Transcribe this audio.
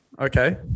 Okay